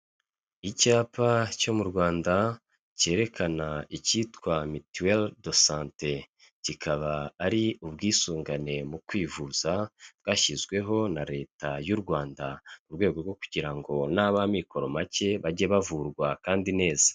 Icyapa cyo mu Rwanda cyerekana icyitwa Mitiweri de sante; kikaba ari ubwisungane mu kwivuza bwashyizweho na Leta y'u Rwanda, mu rwego rwo kugira ngo n'ab'amikoro make bajye bavurwa kandi neza.